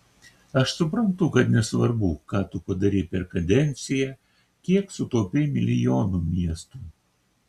aš suprantu kad nesvarbu ką tu padarei per kadenciją kiek sutaupei milijonų miestui